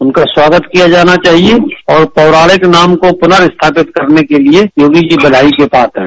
उनका स्वागत किया जाना चाहिए और पौराणिक नाम को पुनः स्थापित करने के लिए योगी जी बधाई के पात्र हैं